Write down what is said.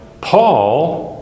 Paul